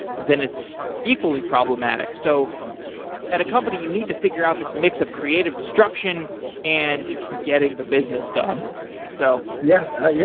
then it's equally problematic. so at a company you need to figure out this mix of creative destruction and getting the business done so yeah yeah.